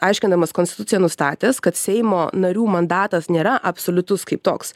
aiškindamas konstitucija nustatęs kad seimo narių mandatas nėra absoliutus kaip toks